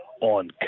on